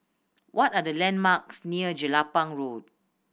what are the landmarks near Jelapang Road